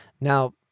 Now